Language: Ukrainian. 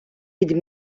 від